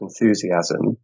enthusiasm